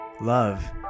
love